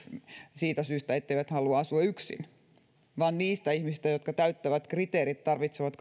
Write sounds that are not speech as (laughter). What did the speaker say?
siitä syystä etteivät halua asua yksin vaan niistä ihmisistä jotka täyttävät kriteerit tarvitsevat (unintelligible)